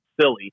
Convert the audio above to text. silly